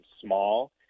small